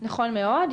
נכון מאוד,